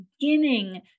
beginning